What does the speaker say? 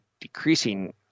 decreasing